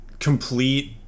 complete